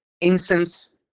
incense